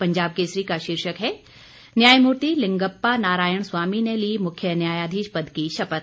पंजाब केसरी का शीर्षक है न्यायमूर्ति लिंगप्पा नारायण स्वामी ने ली मुख्य न्यायाधीश पद की शपथ